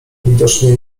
widocznie